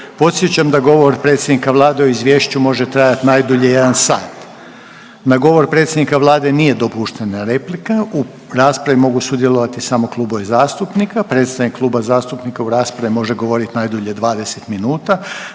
Podsjećam da govor predsjednika Vlade o izvješću može trajat najdulje jedan sat. Na govor predsjednika Vlade nije dopuštena replika. U raspravi mogu sudjelovati samo klubovi zastupnika, predstavnik kluba zastupnika u raspravi može govorit najdulje 20 minuta.